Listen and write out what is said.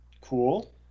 Cool